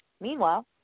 Meanwhile